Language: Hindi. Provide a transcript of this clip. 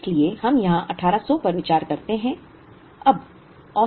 इसलिए हम यहाँ 1800 पर विचार करते हैं